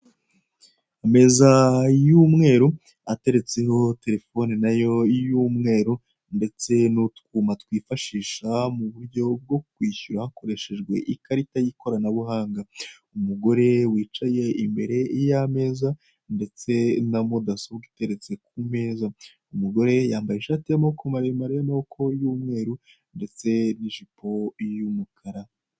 Ameza y'umweru ateretseho telefone nayo y'umweru, ndetse n'utwuma twifashisha mu buryo bwo kwishyura hakoreshejwe ikarita y'ikoranabuhanga. Umugore wicaye imbere y'ameza ndetse na mudasobwa iteretse ku meza. Umugore yambaye ishati y'amaboko maremare y'amaboko y'umweru, ndetse n'ijipo y'umukara.